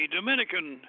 Dominican